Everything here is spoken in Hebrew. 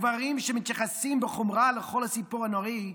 הגברים, שמתייחסים בחומרה לכל הסיפור הנוראי,